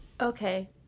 okay